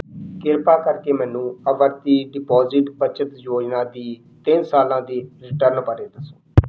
ਕਿਰਪਾ ਕਰਕੇ ਮੈਨੂੰ ਆਵਰਤੀ ਡਿਪਾਜ਼ਿਟ ਬੱਚਤ ਯੋਜਨਾ ਦੀ ਤਿੰਨ ਸਾਲਾਂ ਦੀ ਰਿਟਰਨ ਬਾਰੇ ਦੱਸੋ